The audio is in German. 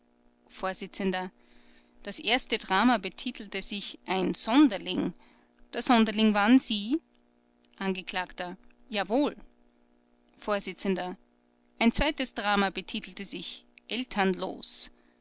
vors das erste drama betitelte sich ein sonderling der sonderling waren sie angekl jawohl vors ein zweites drama betitelte sich elternlos